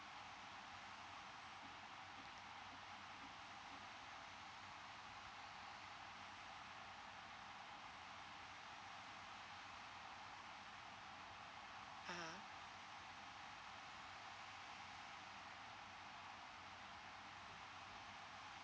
(uh huh)